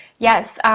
yes,